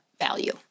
value